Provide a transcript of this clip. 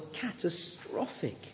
catastrophic